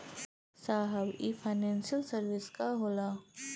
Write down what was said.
साहब इ financial service का होला?